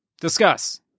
Discuss